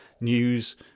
news